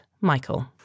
Michael